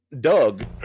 Doug